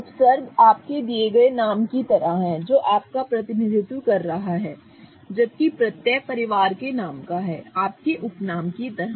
उपसर्ग आपके दिए गए नाम की तरह है जो आपका प्रतिनिधित्व कर रहा है जबकि प्रत्यय परिवार के नाम का है आपके उपनाम की तरह